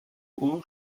aux